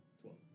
Twelve